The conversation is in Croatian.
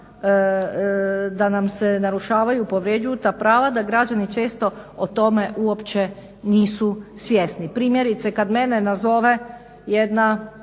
ta prava narušavaju, povređuju, da građani često o tome uopće nisu svjesni. Primjerice kad mene nazove jedna